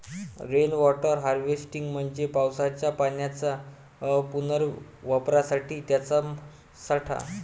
rain water harvesting म्हणजे पावसाच्या पाण्याच्या पुनर्वापरासाठी त्याचा साठा